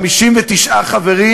59 חברים,